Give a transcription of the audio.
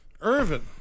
Irvin